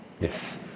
Yes